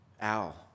Al